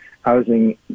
housing